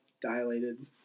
dilated